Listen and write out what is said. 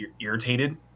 irritated